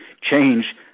change